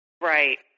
Right